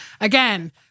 again